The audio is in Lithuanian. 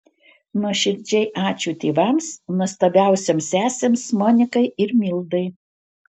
nuoširdžiai ačiū tėvams nuostabiausioms sesėms monikai ir mildai